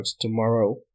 tomorrow